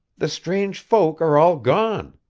the strange folk are all gone!